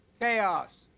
chaos